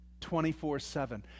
24-7